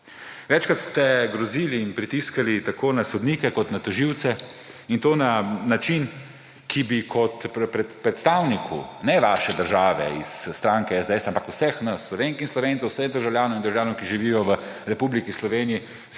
Večkrat ste grozili in pritiskali tako na sodnike kot na tožilce, in to na način, ki bi kot predstavniku ne vaše države iz stranke SDS, ampak vseh nas Slovenk in Slovencev, vseh državljank in državljanov, ki živijo v Republiki Sloveniji,